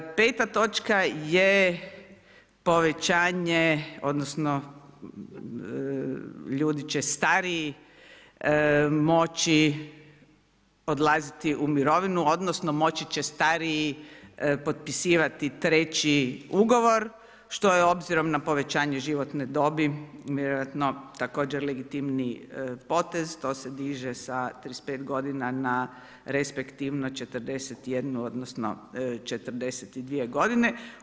Peta točka je povećanje odnosno ljudi će stariji moći odlaziti u mirovinu odnosno moći će stariji potpisivati treći ugovor, što je obzirom na povećanje životne dobi vjerojatno također legitimniji potez, to se diže sa 35 godina na respektivno 41 odnosno 42 godine.